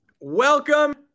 welcome